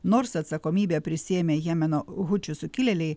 nors atsakomybę prisiėmė jemeno hučių sukilėliai